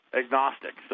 agnostic